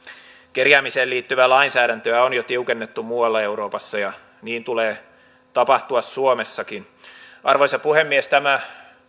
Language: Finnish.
kerjäämiseen liittyvää lainsäädäntöä on jo tiukennettu muualla euroopassa ja niin tulee tapahtua suomessakin arvoisa puhemies tämä